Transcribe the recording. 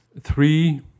three